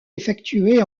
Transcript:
effectué